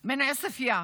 מעספייא,